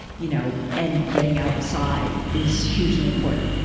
you know. and getting outside, is hugely important.